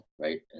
Right